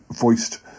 voiced